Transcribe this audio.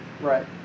right